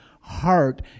heart